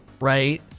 right